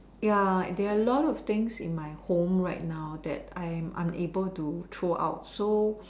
ya there are a lot of things in my home right now that I'm unable to throw out so